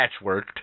patchworked